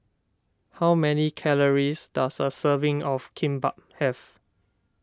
how many calories does a serving of Kimbap have